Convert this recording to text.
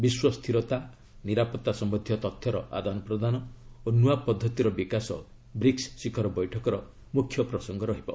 ବିଶ୍ୱ ସ୍ଥିରତା ନିରାପତ୍ତା ସମ୍ଭନ୍ଧୀୟ ତଥ୍ୟର ଆଦାନ ପ୍ରଦାନ ଓ ନୂଆ ପଦ୍ଧତିର ବିକାଶ ବ୍ରିକ୍ ଶିଖର ବୈଠକର ମୁଖ୍ୟ ପ୍ରସଙ୍ଗ ରହିବ